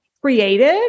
creative